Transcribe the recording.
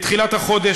בתחילת החודש,